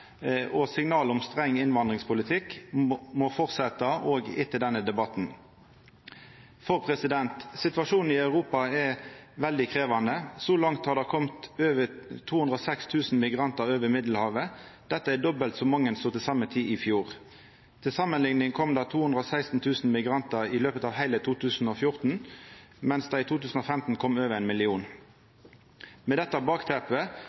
med signal som både Stortinget og regjeringa har sendt, og signala om ein streng innvandringspolitikk må fortsetja å koma òg etter denne debatten. Situasjonen i Europa er svært krevjande. Så langt har det kome over 206 000 migrantar over Middelhavet. Det er dobbelt så mange som til same tid i fjor. Til samanlikning kom det 216 000 migrantar i løpet av heile 2014, medan det i 2015 kom over ein million. Med dette